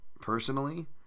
personally